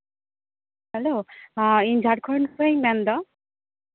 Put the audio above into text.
hello ᱦᱮᱸ ᱤᱧ ᱡᱷᱟᱲᱠᱷᱚᱸᱰ ᱠᱷᱚᱱᱟᱤᱧ ᱢᱮᱱᱫᱟ